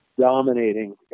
dominating